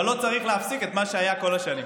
אבל לא צריך להפסיק את מה שהיה כל השנים.